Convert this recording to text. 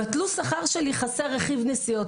בתלוש השכר שלי חסר רכיב של הנסיעות.